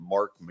Mark